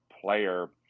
player